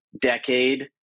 Decade